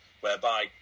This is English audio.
whereby